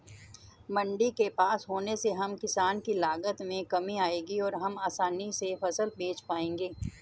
मंडी के पास होने से हम किसान की लागत में कमी आएगी और हम आसानी से फसल बेच पाएंगे